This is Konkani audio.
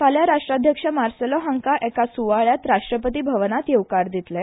फाल्यां राष्ट्राध्यक्ष मार्सेलो हांकां एका सुवाळ्यांत राष्ट्रपती भवनांत येवकार दितले